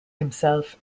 himself